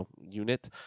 unit